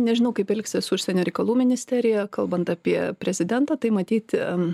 nežinau kaip elgsis užsienio reikalų ministerija kalbant apie prezidentą tai matyti